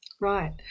Right